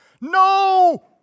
No